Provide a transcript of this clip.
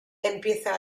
empieza